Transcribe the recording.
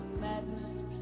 madness